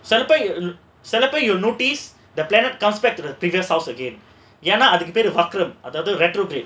celebrate you celebrate you will notice the planet comes back to the previous house again ஏனாஅதுக்குப்பேருஅக்ரம்:yena adhukku peru akram